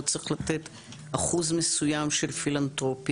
הוא צריך לתת אחוז מסוים של פילנטרופיה,